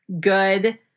good